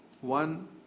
One